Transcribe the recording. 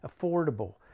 affordable